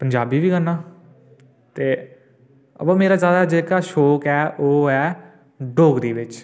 पंजाबी बी गान्नां ते अबो मेरा जैदा जेह्का शौक ऐ ओह् ऐ डोगरी बिच